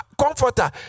comforter